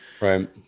Right